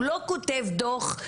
הוא לא כותב דוח,